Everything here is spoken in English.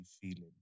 feeling